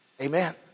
Amen